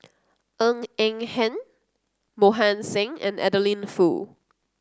Ng Eng Hen Mohan Singh and Adeline Foo